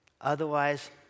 Otherwise